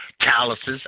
calluses